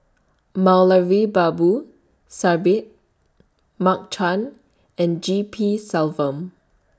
Moulavi Babu Sahib Mark Chan and G P Selvam